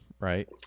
right